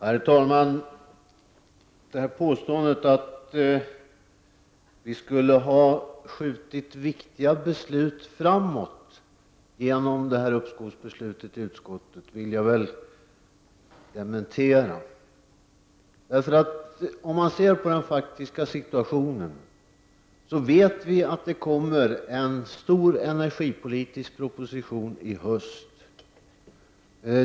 Herr talman! Jag vill dementera påståendet att vi skulle ha skjutit viktiga beslut framåt i och med detta beslut i utskottet om uppskov. Om man ser på den faktiska situationen så vet vi att det kommer att läggas fram en stor energipolitisk proposition i höst.